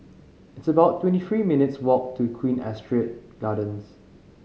it's about twenty three minutes' walk to Queen Astrid Gardens